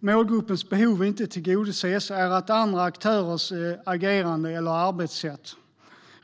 målgruppens behov inte tillgodoses är andra aktörers agerande eller arbetssätt.